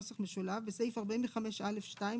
בסעיף 45(א)(2),